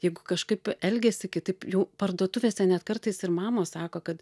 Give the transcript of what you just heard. jeigu kažkaip elgiasi kitaip jau parduotuvėse net kartais ir mamos sako kad